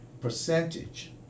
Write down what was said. percentage